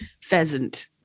Pheasant